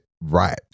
right